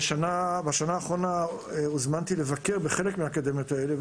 בשנה האחרונה הוזמנתי לבקר בחלק מהאקדמיות האלה.